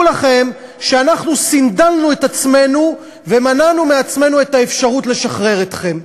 לכם שאנחנו סנדלנו את עצמנו ומנענו מעצמנו את האפשרות לשחרר אתכם.